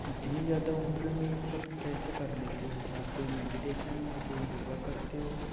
इतनी ज्यादा उम्र में ये सब कैसे कर लेते हो क्या आप कोई मेडिटेशन या कोई योग करते हो